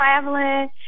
traveling